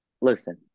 Listen